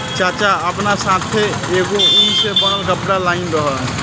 चाचा आपना साथै एगो उन से बनल कपड़ा लाइल रहन